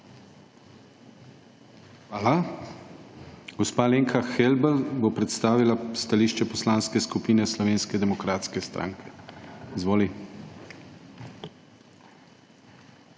Hvala. Gospa Alenka Helbl bo predstavila stališče Poslanske skupine Slovenske demokratske stranke. Izvoli.